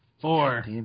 Four